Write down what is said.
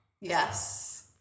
Yes